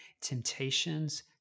temptations